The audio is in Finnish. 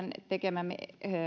tekemämme